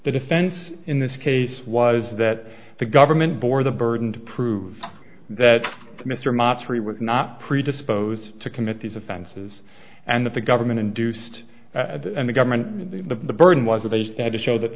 the defense in this case was that the government bore the burden to prove that mr masry was not predisposed to commit these offenses and that the government induced the government the burden was that they had to show that the